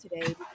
today